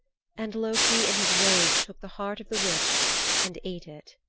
and loki in his rage took the heart of the witch and ate it.